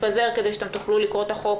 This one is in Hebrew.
נתפזר כדי שתוכלו לקרוא את החוק,